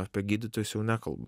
apie gydytojus jau nekalbu